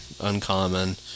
uncommon